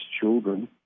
children